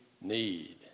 need